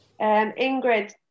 Ingrid